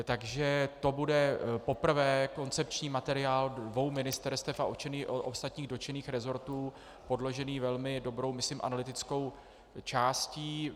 Takže to bude poprvé koncepční materiál dvou ministerstev a ostatních dotčených resortů podložený velmi dobrou, myslím, analytickou částí.